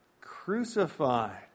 crucified